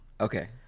Okay